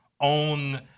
own